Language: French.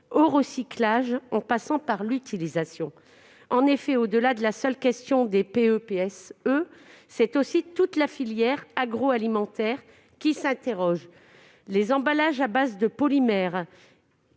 au recyclage, en passant par l'utilisation. Au-delà de la question du PS et du PSE, c'est toute la filière agroalimentaire qui s'interroge. Les emballages à base de polymère